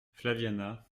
flaviana